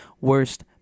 worst